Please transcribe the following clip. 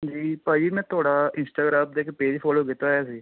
ਜੀ ਭਾਅ ਜੀ ਮੈਂ ਤੁਹਾਡਾ ਇੰਸਟਾਗਰਾਮ 'ਤੇ ਇੱਕ ਪੇਜ ਫੋਲੋ ਕੀਤਾ ਹੋਇਆ ਸੀ